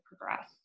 progress